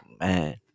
man